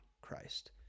christ